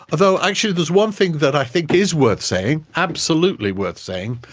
ah though actually there's one thing that i think is worth saying, absolutely worth saying,